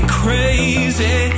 crazy